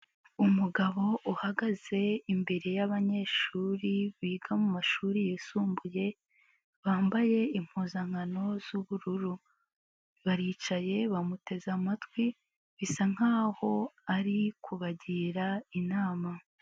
Umugabo uhagaze imbere y'abanyeshuri biga mu mashuri yisumbuye, bambaye impuzankano z'ubururu, baricaye bamuteze amatwi bisa nkaho ari kubagira inama.